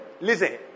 listen